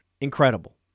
incredible